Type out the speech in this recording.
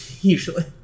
usually